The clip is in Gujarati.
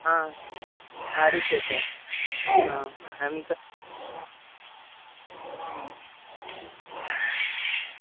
હા સારી છે ટેન એમ તો